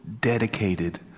dedicated